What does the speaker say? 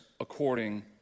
according